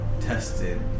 tested